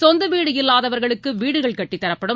சொந்தவீடு இல்லாதவா்களுக்குவீடுகள் கட்டித் தரப்படும்